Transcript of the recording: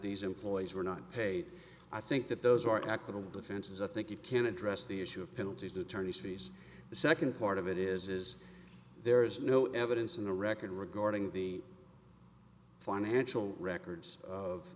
these employees were not paid i think that those are equitable defenses i think you can address the issue of penalties attorney's fees the second part of it is is there is no evidence in the record regarding the financial records of